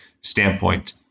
standpoint